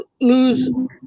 lose